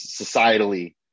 societally